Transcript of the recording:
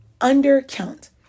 undercount